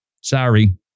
Sorry